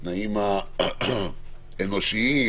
התנאים האנושיים,